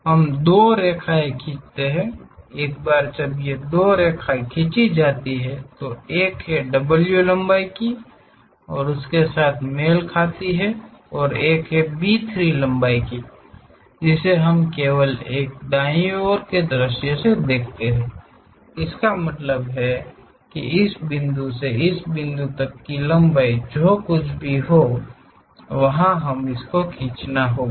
हम दो रेखाएँ खींचते हैं एक बार जब ये दो रेखाएँ खींची जाती हैं तो एक है W लंबाई इस एक के साथ मेल खाता है और एक B3 लंबाई है जिसे हम केवल एक दाईं ओर के दृश्य से देख सकते हैं इसका मतलब है इस बिंदु से इस बिंदु तक लंबाई जो कुछ भी वहां है कि हमें इसे खींचना होगा